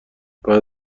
بعد